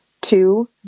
Two